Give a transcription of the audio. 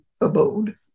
abode